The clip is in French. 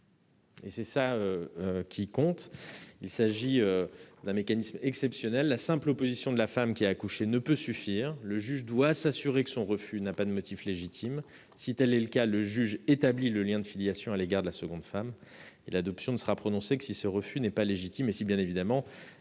et c'est ce qui compte. Il s'agit d'un mécanisme exceptionnel, j'y insiste. La simple opposition de la femme qui a accouché ne peut suffire, et le juge doit s'assurer que son refus n'a pas de motif légitime. Si tel est le cas, le juge établit le lien de filiation à l'égard de la seconde femme. En d'autres termes, l'adoption ne sera prononcée que si ce refus n'est pas légitime et si, bien évidemment,